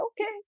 okay